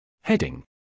Heading